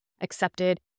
accepted